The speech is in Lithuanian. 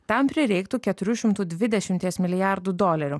tam prireiktų keturių šimtų dvidešimties milijardų dolerių